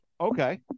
okay